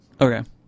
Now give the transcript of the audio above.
Okay